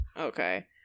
Okay